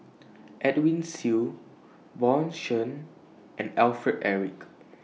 Edwin Siew Bjorn Shen and Alfred Eric